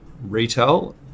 retail